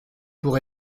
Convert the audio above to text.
pour